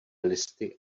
listy